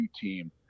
team